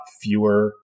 fewer